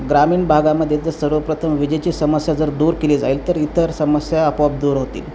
ग्रामीण भागामध्ये जर सर्वप्रथम विजेची समस्या जर दूर केली जाईल तर इतर समस्या आपोआप दूर होतील